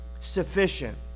sufficient